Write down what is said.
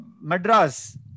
Madras